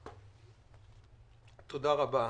תודה רבה.